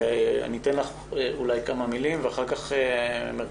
אני אתן לך לומר כמה מילים ולאחר מכן מרכז